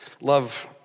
Love